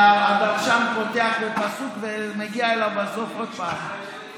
שהרשם פותח בפסוק ומגיע אליו בסוף עוד פעם.